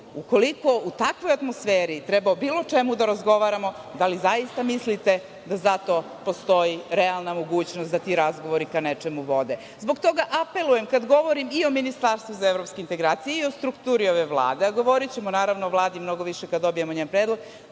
Ukoliko u takvoj atmosferi treba o bilo čemu da razgovaramo, da li zaista mislite da za to postoji realna mogućnost da ti razgovori ka nečemu vode? Zbog toga apelujem, kada govorim i o ministarstvu za evropske integracije i o strukturi ove Vlade, a govorićemo, naravno, o Vladi mnogo više kada dobijemo njen predlog,